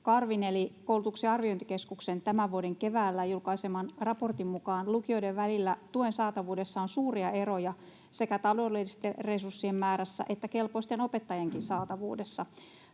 Karvin eli koulutuksen arviointikeskuksen tämän vuoden keväällä julkaiseman raportin mukaan lukioiden välillä tuen saatavuudessa on suuria eroja sekä taloudellisten resurssien määrässä että kelpoisten opettajienkin saatavuudessa.